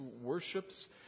worships